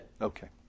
Okay